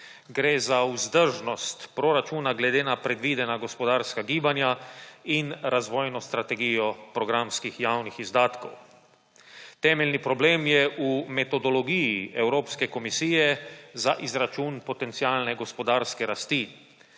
Gre za vzdržnost proračuna glede na predvidena gospodarska gibanja in razvojno strategijo programskih javnih izdatkov. Temeljni problem je v metodologiji Evropske komisije za izračun potencialne gospodarske rasti.